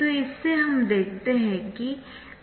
तो इससे हम देखते है कि Vc है